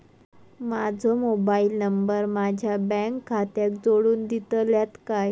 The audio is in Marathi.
माजो मोबाईल नंबर माझ्या बँक खात्याक जोडून दितल्यात काय?